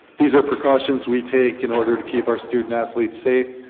these are precautions we take in order to keep our student athletes safe.